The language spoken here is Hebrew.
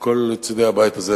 כל צדי הבית הזה,